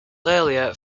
earlier